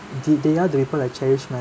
did they are the people I cherish in my